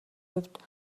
хувьд